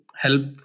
help